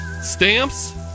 Stamps